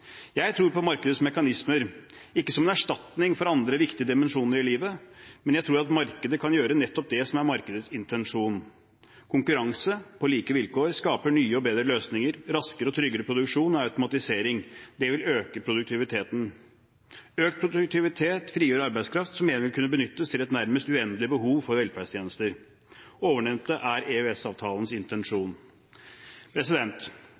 Jeg tror på markedets mekanismer – ikke som en erstatning for andre viktige dimensjoner i livet, men jeg tror at markedet kan gjøre nettopp det som er markedets intensjon. Konkurranse på like vilkår skaper nye og bedre løsninger, raskere og tryggere produksjon og automatisering. Det vil øke produktiviteten. Økt produktivitet frigjør arbeidskraft som igjen vil kunne benyttes til et nærmest uendelig behov for velferdstjenester. Ovennevnte er EØS-avtalens intensjon.